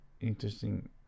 interesting